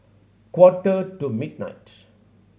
quarter to midnight